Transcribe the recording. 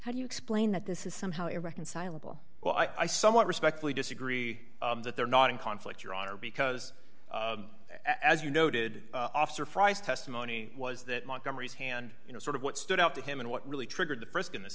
how do you explain that this is somehow irreconcilable well i somewhat respectfully disagree that they're not in conflict your honor because as you noted officer frys testimony was that montgomery's hand you know sort of what stood out to him and what really triggered the st in this